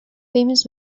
famous